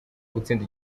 gutsinda